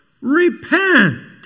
Repent